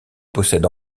possède